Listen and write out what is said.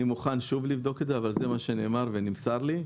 אני מוכן שוב לבדוק את זה אבל זה מה שנאמר ונמסר לי.